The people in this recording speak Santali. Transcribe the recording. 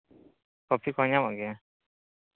ᱠᱚᱯᱷᱤ ᱠᱚ ᱧᱟᱢᱚᱜ ᱜᱮᱭᱟ